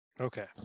Okay